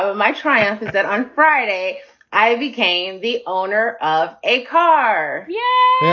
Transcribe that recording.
my triumph is that on friday i became the owner of a car yeah